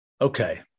Okay